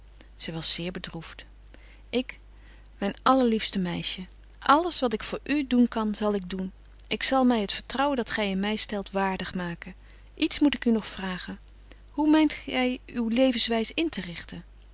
ik myn allerliefste meisje alles wat ik voor u doen kan zal ik doen ik zal my het vertrouwen dat gy in my stelt waardig maken iets moet ik u nog vragen hoe meent gy uw levenswys in te richten